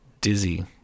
Dizzy